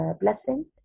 blessing